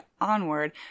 onward